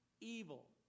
evil